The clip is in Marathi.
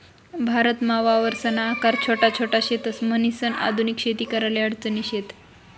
भारतमा वावरसना आकार छोटा छोट शेतस, म्हणीसन आधुनिक शेती कराले अडचणी शेत